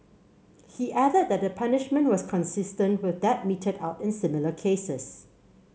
he added that the punishment was consistent with that meted out in similar cases